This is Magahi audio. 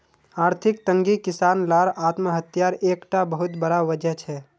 आर्थिक तंगी किसान लार आत्म्हात्यार एक टा बहुत बड़ा वजह छे